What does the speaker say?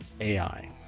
AI